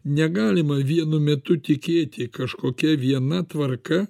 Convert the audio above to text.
negalima vienu metu tikėti kažkokia viena tvarka